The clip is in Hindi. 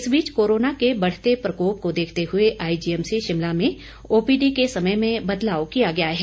इस बीच कोरोना के बढ़ते प्रकोप को देखते हुए आईजी एमसी शिमला में ओपीडी के समय में बदलाव किया गया है